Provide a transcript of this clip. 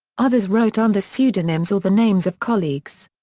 others wrote under pseudonyms or the names of colleagues.